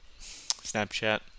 Snapchat